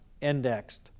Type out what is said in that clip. indexed